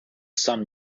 sun